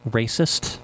racist